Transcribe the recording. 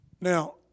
Now